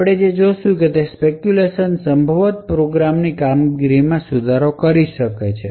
આપણે જે જોશું તે એ છે કે સ્પેકયુલેશન સંભવત પ્રોગ્રામની કામગીરીમાં સુધારો કરી શકે છે